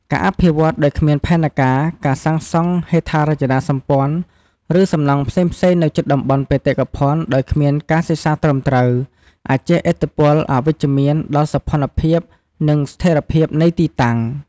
ការអភិវឌ្ឍន៍ដោយគ្មានផែនការ ការសាងសង់ហេដ្ឋារចនាសម្ព័ន្ធ ឬសំណង់ផ្សេងៗនៅជិតតំបន់បេតិកភណ្ឌដោយគ្មានការសិក្សាត្រឹមត្រូវ អាចជះឥទ្ធិពលអវិជ្ជមានដល់សោភ័ណភាព និងស្ថេរភាពនៃទីតាំង។